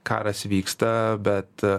karas vyksta bet